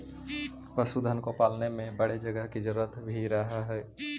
पशुधन को पालने में बड़े जगह की जरूरत भी रहअ हई